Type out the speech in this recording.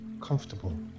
comfortable